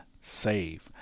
Save